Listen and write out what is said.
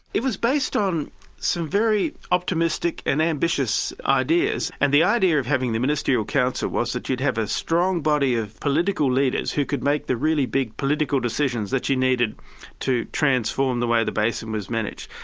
it was based on some very optimistic and ambitious ideas, and the idea of having a ministerial council was that you'd have a strong body of political leaders who could make the really big political decisions that you needed to transform the way the basin was managed.